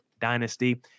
dynasty